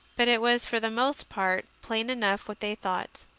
but it was for the most part plain enough what they thought.